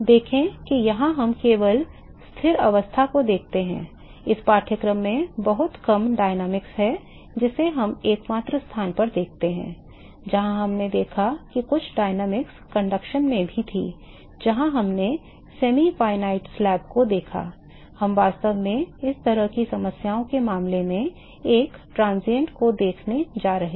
देखें कि यहां हम केवल स्थिर अवस्था को देखते हैं इस पाठ्यक्रम में बहुत कम गतिकी है जिसे हम एकमात्र स्थान पर देखते हैं जहां हमने देखा कि कुछ गतिकी चालन में थी जहां हमने अर्ध परिमित स्लैब को देखा हम वास्तव में इस तरह की समस्याओं में मामले में एक क्षणिक को देखने जा रहे हैं